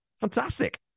fantastic